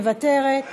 מוותרת,